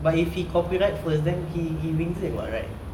but if he copyright first then he wins it what right